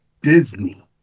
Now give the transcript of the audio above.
Disney